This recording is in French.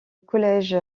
collège